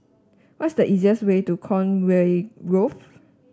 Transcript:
what is the easiest way to Conway Grove